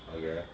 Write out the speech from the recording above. okay